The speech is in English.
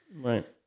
Right